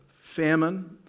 famine